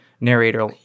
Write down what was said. narrator